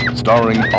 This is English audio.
starring